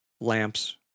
lamps